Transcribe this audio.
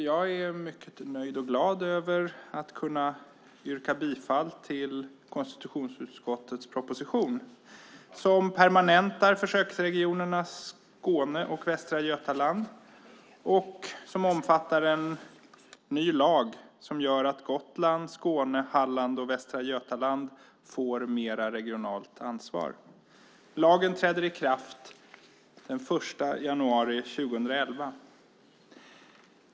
Jag är mycket nöjd och glad över att kunna yrka bifall till förslaget i konstitutionsutskottets proposition som permanentar försöksregionerna Skåne och Västra Götaland och som omfattar en ny lag som gör att Gotland, Skåne, Halland och Västra Götaland får mer regionalt ansvar. Lagen träder i kraft den 1 januari 2011.